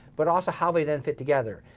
but also how they then fit together.